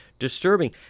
disturbing